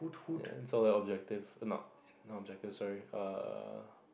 ya so my objective nope not objective sorry err